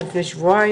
או לפני שבועיים,